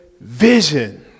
Vision